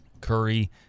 curry